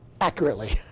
accurately